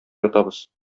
ятабыз